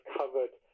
covered